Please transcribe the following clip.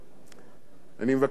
אני מבקש להודות